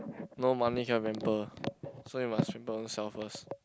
no money cannot pamper so you must pamper own self first